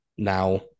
Now